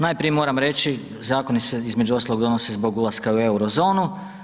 Najprije moram reći zakoni se između ostalog donose zbog ulaska u euro zonu.